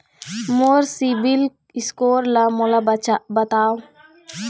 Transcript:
मोर CIBIL score ला मोला बताव?